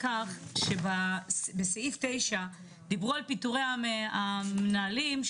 בסעיף 9 דיברו על פיטורי המנהלים.